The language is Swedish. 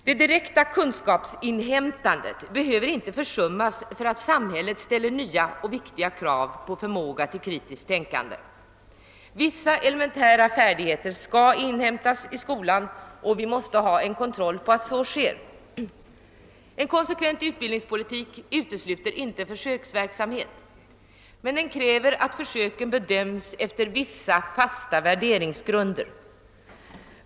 Det direkta kunskapsinhämtandet behöver inte försummas för att samhället ställer nya och viktiga krav på förmåga till kritiskt tänkande. Vissa elementära färdigheter skall inhämtas i skolan, och vi måste ha en kontroll på att så sker. En konsekvent utbildningspolitik utesluter inte försöksverksamhet, men den kräver att försöken bedöms efter vissa fasta värderingsgrunder.